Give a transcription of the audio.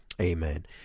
Amen